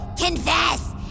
Confess